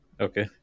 Okay